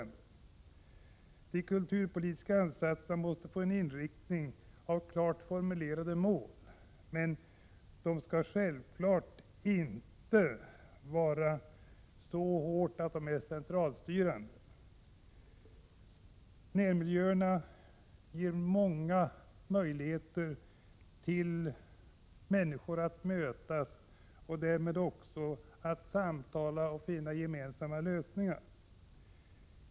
De kulturpolitiska satsningarna måste få sin inriktning av klart formulerade mål, men de skall inte vara så hårt formulerade att de är centralstyrande. I närmiljöerna finns det många möjligheter för människor att mötas och därmed också att samtala och gemensamt finna lösningar.